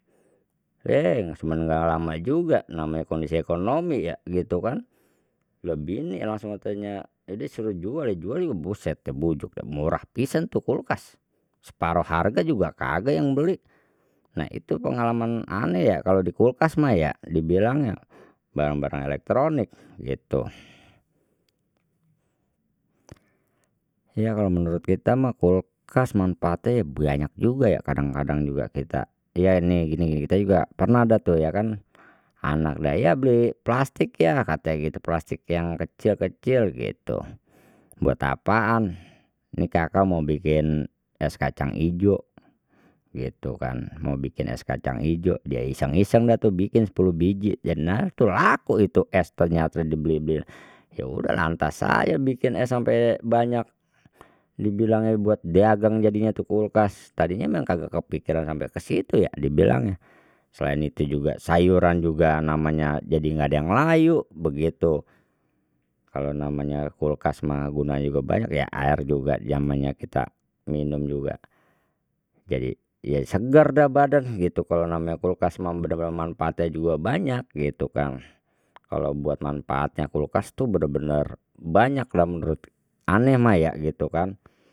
semen enggak lama juga namanya kondisi ekonomi ya gitu kan lebih ini langsung katanya jadi suruh jual ya jual juga buset bujug dah murah pisan tuh kulkas separuh harga juga kagak yang beli nah itu pengalaman aneh ya kalau di kulkas mah ya dibilangnya barang barang elektronik gitu, ya kalau menurut kita kulkas manfaat ya banyak juga ya kadang kadang juga kita ya ini gini gini kita juga pernah ada tuh ya kan anak yah beli plastik yah katanya gitu plastik yang kecil kecil gitu buat apaan nih kakak mau bikin es kacang ijo gitu kan mau bikin es kacang ijo dia iseng iseng dah tuh bikin sepuluh biji jena tuh laku itu es tehnya tuh dibeli beli ya udah lantas aja bikin es sampai banyak dibilangnya buat dagang jadinya tuh kulkas tadinya memang kagak kepikiran sampai ke situ ya dibilangnya selain itu juga sayuran juga namanya, jadi enggak ada yang layu begitu kalau namanya kulkas mah gunanya juga banyak ya air juga zamannya kita minum juga jadi ya segar dah badan gitu kalau namanya kulkas mah benar benar manfaatnya juga banyak gitu kan kalau buat manfaatnya kulkas tuh benar benar banyaklah menurut ane mah ya gitu kan.